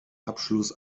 abschluss